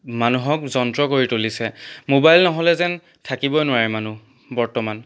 মানুহক যন্ত্ৰ কৰি তুলিছে মোবাইল নহ'লে যেন থাকিবই নোৱাৰে মানুহ বৰ্তমান